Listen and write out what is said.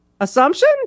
assumption